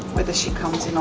whether she comes in or